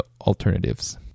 alternatives